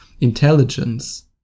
intelligence